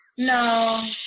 No